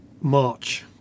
March